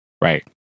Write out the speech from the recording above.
Right